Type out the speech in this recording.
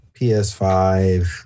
PS5